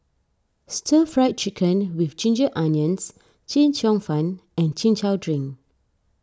Stir Fried Chicken with Ginger Onions Chee Cheong Fun and Chin Chow Drink